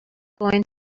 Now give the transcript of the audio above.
going